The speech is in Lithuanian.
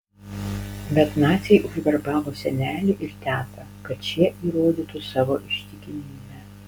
bet naciai užverbavo senelį ir tetą kad šie įrodytų savo ištikimybę